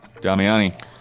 Damiani